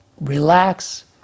relax